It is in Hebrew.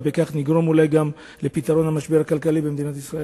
ובכך נגרום אולי גם לפתרון המשבר הכלכלי במדינת ישראל.